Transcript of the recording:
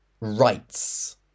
Rights